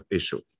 issue